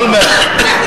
2006, אולמרט.